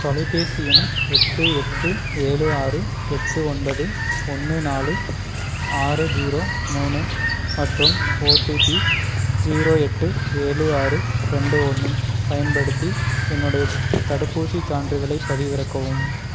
தொலைபேசி எண் எட்டு எட்டு ஏழு ஆறு எட்டு ஒன்பது ஒன்று நாலு ஆறு ஜீரோ மூணு மற்றும் ஒடிபி ஜீரோ எட்டு ஏழு ஆறு ரெண்டு ஒன்று பயன்படுத்தி என்னுடைய தடுப்பூசிச் சான்றிதழைப் பதிவிறக்கவும்